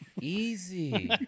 Easy